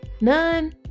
None